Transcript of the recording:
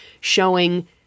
showing